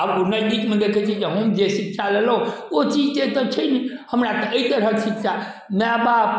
आब ओ नैतिक मे देखै छै जे हम जे शिक्षा लेलहुॅं ओ चीजके तऽ एतऽ छै नहि हमरा एहि तरहक शिक्षा मैया बाप